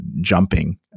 jumping